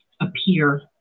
appear